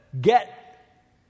get